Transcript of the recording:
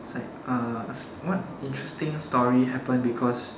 it's like uh asking what interesting story happen because